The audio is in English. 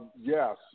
Yes